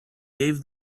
gave